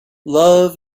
love